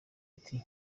ati